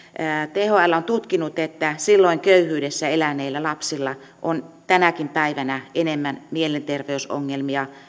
thl on tutkinut että silloin köyhyydessä eläneillä lapsilla on tänäkin päivänä enemmän mielenterveysongelmia